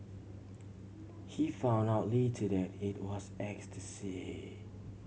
he found out later that it was ecstasy